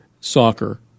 soccer